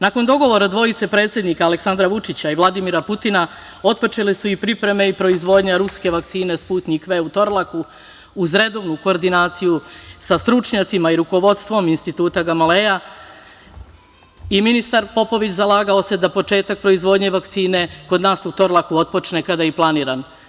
Nakon dogovora dvojice predsednika Aleksandra Vučića i Vladimira Putina otpočele su i pripreme i proizvodnja ruske vakcine Sputnjik V u Torlaku uz redovnu koordinaciju sa stručnjacima i rukovodstvo Instituta Gamaleja i ministar Popović zalagao se da početak proizvodnje vakcine kod nas na Torlaku otpočne kada je i planirano.